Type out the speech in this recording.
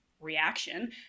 reaction